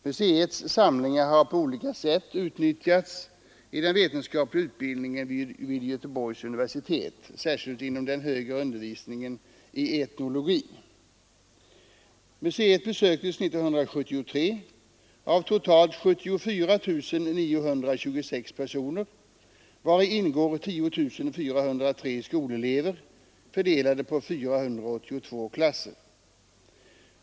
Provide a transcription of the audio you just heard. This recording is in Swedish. Museets samlingar har på olika sätt utnyttjats i den vetenskapliga Museet besöktes 1973 av totalt 74 926 personer, vari ingår 10 403 skolelever fördelade på 482 klasser.